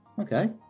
Okay